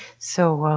so,